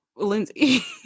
Lindsay